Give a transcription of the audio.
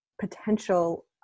potential